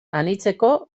anitzeko